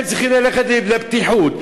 צריכים ללכת לבטיחות,